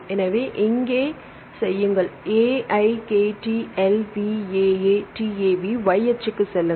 எனவே இங்கே செய்யுங்கள் AIKTLVAATAV y அச்சுக்குச் செல்லுங்கள்